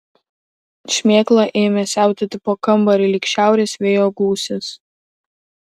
šmėkla ėmė siautėti po kambarį lyg šiaurės vėjo gūsis